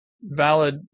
valid